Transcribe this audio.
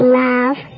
love